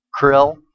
Krill